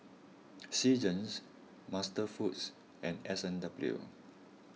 Seasons MasterFoods and S and W